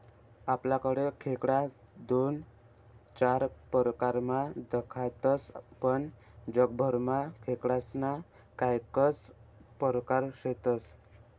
आपलाकडे खेकडा दोन चार परकारमा दखातस पण जगभरमा खेकडास्ना कैकज परकार शेतस